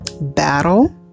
Battle